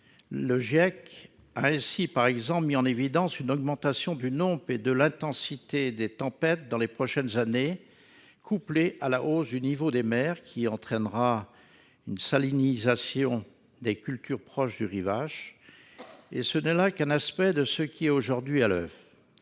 Le GIEC a ainsi mis en évidence une augmentation du nombre et de l'intensité des tempêtes dans les prochaines années, couplée à la hausse du niveau des mers qui entraînera une salinisation des cultures proches du rivage. Et ce n'est là qu'un aspect de ce qui est aujourd'hui à l'oeuvre